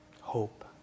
Hope